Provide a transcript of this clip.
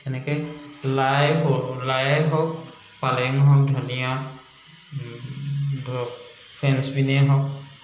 তেনেকে লাই লাই হওক পালেং হওক ধনীয়া ধৰক ফ্ৰেন্স বীনেই হওক